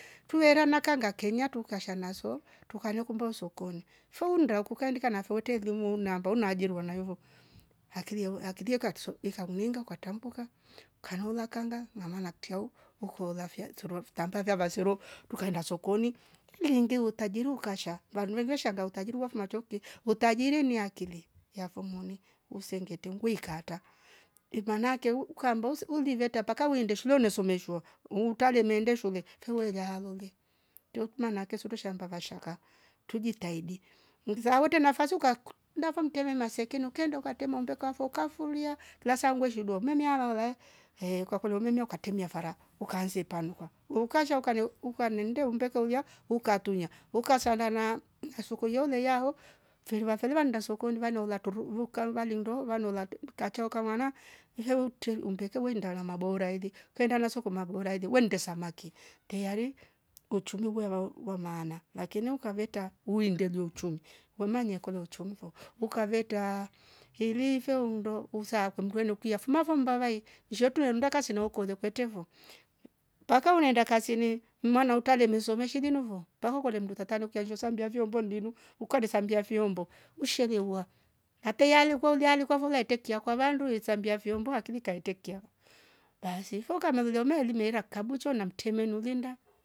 Tuera nakanga kenya tukashanazo tukanyo kumbe usokoni feunda kukandika na fote limunamba unajerewa na ivo hakilio akilio katso ikamninga ukatambuka kanola kanda nanaktiau ukola fya suru vitamba va vyasero tukaenda sokoni liingi utajiri ukasha banwe veshanga utajiri wa vimatoke utajiri ni akili ya fomi usengete ngwei kata, imanake uu ukamba usuuli uveta paka weinde shule ne someshwa umuntale mende shulw fiwelialole tuukna nake surusha vambashaka tujitahidi mzaa wote nafasi mbavo mteme masekeno kendo ukatema mbe kafokafulia lasangwe shido mamia laulai ehh kwakolo mimia ukatimia fara ukaanze panuka. Waukashaza ukaneeu ukanendeu umbeka uya ukatunya ukasala na na soko yoile layo firfva firilinda nda sokoni vanowala turu vu- vukalva lindo vanulate mkachoka mwana iyehe ute umbeke wei ndala mabolairi penda soko maboraili wende samaki teyari uchumi wewawo wa maana lakini ukaveta winde leuchuni wemanyia kolo uchumvo ukaveta hilivyo ndo usake mndwele ukia fuma fum mbavai ishetu yenda kasi inakolia kwete vo mpaka unaenda kazini mma na utale mese shilinovo mpaka kwale mnduta tane ukasho sambia vyombo nlinu ukalesariambia vyombo usheli ewa na tayale ukali ulikwavo letekia kwa vandu yesambia hakini kaitekia basi fo kamelulia umelimeka kabucho na mteme nulinda